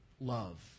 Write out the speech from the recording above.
love